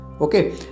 Okay